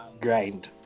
grind